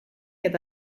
eta